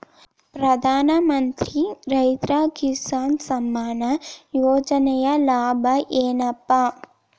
ಪ್ರಧಾನಮಂತ್ರಿ ರೈತ ಕಿಸಾನ್ ಸಮ್ಮಾನ ಯೋಜನೆಯ ಲಾಭ ಏನಪಾ?